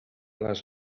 les